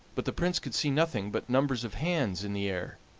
but the prince could see nothing but numbers of hands in the air,